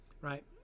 right